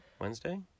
Wednesday